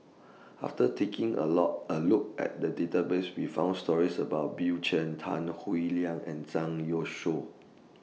after taking A Low A Look At The Database We found stories about Bill Chen Tan Howe Liang and Zhang Youshuo